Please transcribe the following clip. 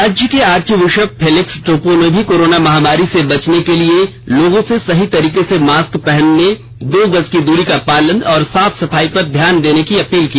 राज्य के archbishop Felix Toppo ने भी कोरोना महामारी से बचने के लिए लोगों से सही तरीके से मास्क पहनने दो गज की दूरी का पालन और साफ सफाई पर ध्यान देने की अपील की